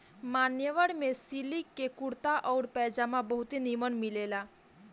मान्यवर में सिलिक के कुर्ता आउर पयजामा बहुते निमन मिलेला